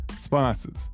sponsors